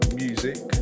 music